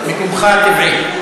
מקומך הטבעי.